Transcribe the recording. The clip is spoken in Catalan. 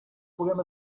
puguem